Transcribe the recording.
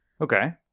Okay